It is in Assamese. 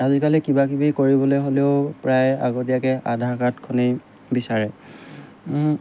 আজিকালি কিবা কিবি কৰিবলৈ হ'লেও প্ৰায় আগতীয়াকৈ আধাৰ কাৰ্ডখনেই বিচাৰে